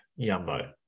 Yumbo